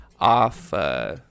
off –